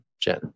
Jen